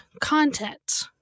content